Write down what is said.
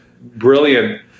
brilliant